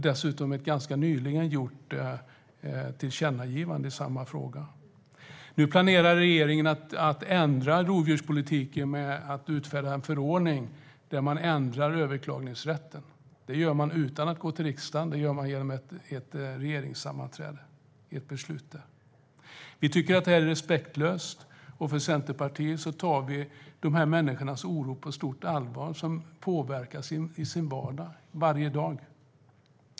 Dessutom finns ett ganska nyligen gjort tillkännagivande i samma fråga. Nu planerar regeringen att ändra rovdjurspolitiken genom att utfärda en förordning där man ändrar rätten att överklaga. Det gör regeringen utan att gå till riksdagen. Det sker genom ett beslut vid ett regeringssammanträde. Vi tycker att det är respektlöst. Centerpartiet tar dessa människors oro på stort allvar eftersom de påverkas i sin vardag, varje dag.